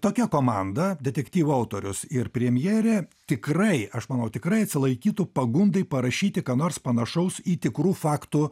tokia komanda detektyvų autorius ir premjerė tikrai aš manau tikrai atsilaikytų pagundai parašyti ką nors panašaus į tikrų faktų